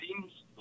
seems